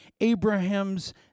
Abraham's